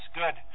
good